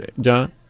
John